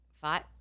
five